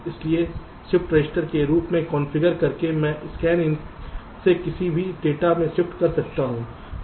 इसलिए shift register के रूप में कॉन्फ़िगर करके मैं Scanin से किसी भी डेटा में शिफ्ट कर सकता हूं